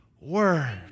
Word